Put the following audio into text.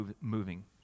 moving